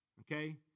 Okay